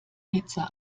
hitze